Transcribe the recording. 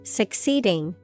succeeding